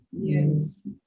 Yes